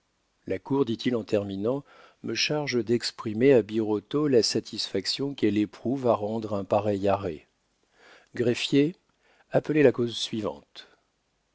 la cour dit-il en terminant me charge d'exprimer à birotteau la satisfaction qu'elle éprouve à rendre un pareil arrêt greffier appelez la cause suivante